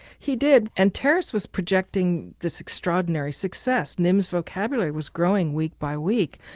he did and terrace was projecting this extraordinary success, nim's vocabulary was growing week by week.